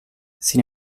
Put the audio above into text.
sin